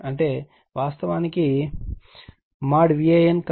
అంటే వాస్తవానికి ఇది Van cos 30o Vab2